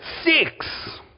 six